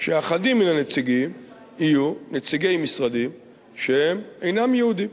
שאחדים מהנציגים יהיו נציגי משרדים שהם אינם יהודים,